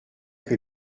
que